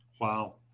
Wow